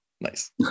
Nice